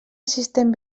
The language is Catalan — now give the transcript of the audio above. assistent